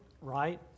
right